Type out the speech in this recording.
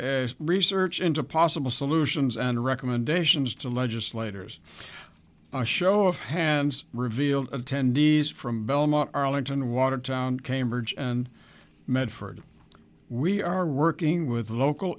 as research into possible solutions and recommendations to legislators a show of hands revealed attendees from belmont arlington watertown cambridge and medford we are working with local